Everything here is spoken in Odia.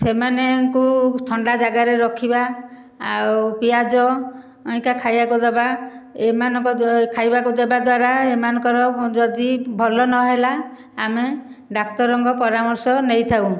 ସେମାନଙ୍କୁ ଥଣ୍ଡା ଜାଗାରେ ରଖିବା ଆଉ ପିଆଜ ଖାଇବାକୁ ଦେବା ଏମାନଙ୍କ ଖାଇବାକୁ ଦେବା ଦ୍ୱାରା ଏମାନଙ୍କର ଯଦି ଭଲ ନହେଲା ଆମେ ଡାକ୍ତରଙ୍କ ପରାମର୍ଶ ନେଇଥାଉ